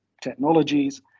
technologies